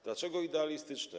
Dlaczego idealistyczne?